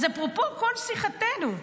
אפרופו כל שיחתנו,